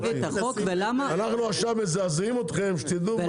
אנחנו עכשיו מזעזעים אתכם כדי שתדעו.